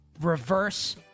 reverse